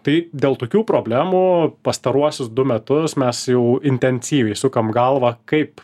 tai dėl tokių problemų pastaruosius du metus mes jau intensyviai sukam galvą kaip